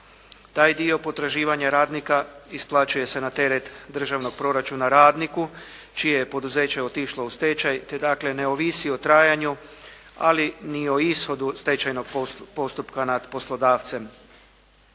Taj dio potraživanja radnika isplaćuje se na teret državnog proračuna radniku čije je poduzeće otišlo u stečaj te dakle ne ovisi o trajanju ali ni o ishodu stečajnog postupka nad poslodavcem.